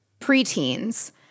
preteens